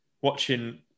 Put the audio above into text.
watching